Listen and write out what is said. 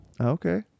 Okay